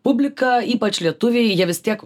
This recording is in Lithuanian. publika ypač lietuviai jie vis tiek